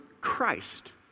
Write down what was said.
Christ